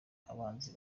abanzi